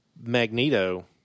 Magneto